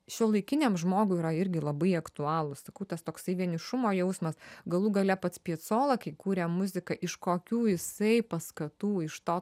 šiuolaikiniam žmogui yra irgi labai aktualūs sakau tas toksai vienišumo jausmas galų gale pats piacola kai kūrė muziką iš kokių jisai paskatų iš to